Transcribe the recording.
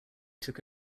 took